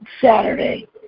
Saturday